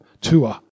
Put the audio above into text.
tour